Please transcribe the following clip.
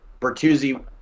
Bertuzzi